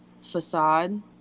facade